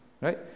right